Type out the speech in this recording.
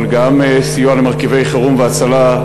אבל גם סיוע למרכיבי חירום והצלה,